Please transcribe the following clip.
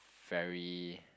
very